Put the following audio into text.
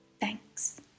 Thanks